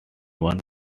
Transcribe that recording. one